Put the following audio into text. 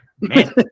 man